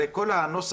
הרי כל הנוסח